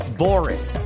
boring